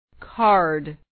card